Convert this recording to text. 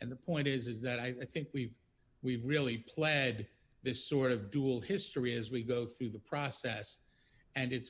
and the point is is that i think we've we've really pled this sort of dual history as we go through the process and it's